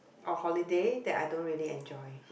a holiday that I don't really enjoy